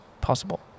possible